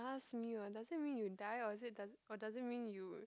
last meal ah does it mean you die or is it does or does it mean you